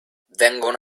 vengono